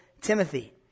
Timothy